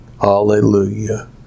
Hallelujah